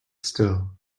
still